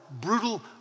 Brutal